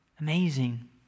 Amazing